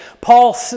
Paul